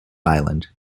island